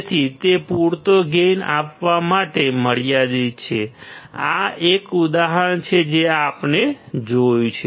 તેથી તે પૂરતો ગેઇન આપવા માટે મર્યાદિત છે આ એક ઉદાહરણ છે જે આપણે જોયું છે